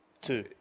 Two